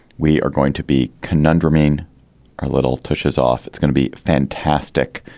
we are going to be conundrums in our little tushies off. it's gonna be fantastic.